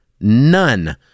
none